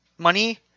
Money